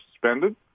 suspended